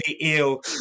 ill